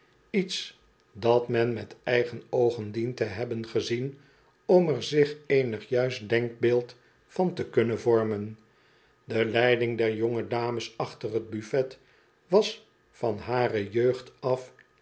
iets dat men met eigen oogen dient te hebben gezien om er zich eenig juist denkbeeld van te kunnen vormen de leiding der jonge dames achter t buffet was van hare jeugd af